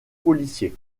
policiers